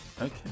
Okay